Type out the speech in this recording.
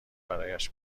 برایش